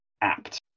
apt